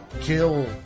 kill